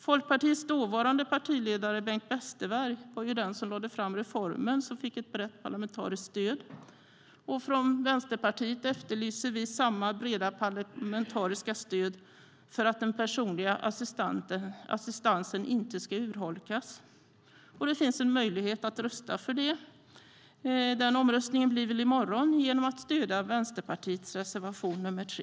Folkpartiets dåvarande partiledare Bengt Westerberg var den som lade fram reformen, som fick ett brett parlamentariskt stöd, och från Vänsterpartiet efterlyser vi samma breda parlamentariska stöd för att den personliga assistansen inte ska urholkas. Det finns en möjlighet att ge detta stöd genom att vid omröstningen i morgon rösta för Vänsterpartiets reservation nr 3.